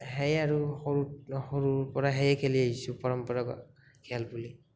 সেই আৰু সৰু সৰুৰ পৰা সেই খেলি আহিছোঁ পৰম্পৰা খেল বুলি